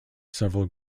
several